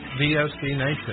VOCNation